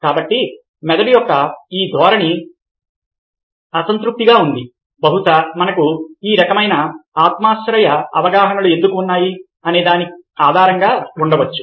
కాబట్టి మెదడు యొక్క ఈ ధోరణి అసంపూర్తిగా ఉంది బహుశా మనకు ఈ రకమైన ఆత్మాశ్రయ అవగాహనలు ఎందుకు ఉన్నాయి అనే దాని ఆధారంగా ఉండవచ్చు